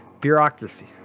Bureaucracy